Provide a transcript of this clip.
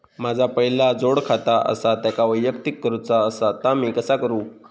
माझा पहिला जोडखाता आसा त्याका वैयक्तिक करूचा असा ता मी कसा करू?